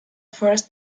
first